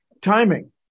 timing